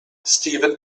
steven